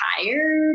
tired